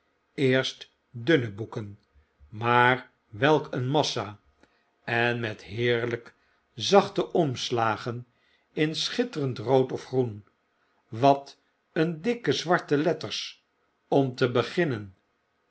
eerst dunne boeken maar welk een massa en met heerlp zachte omslagen in schitterend rood of groen wat een dikke zwarte letters om te beginnen